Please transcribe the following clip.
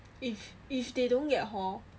if if they don't get a hall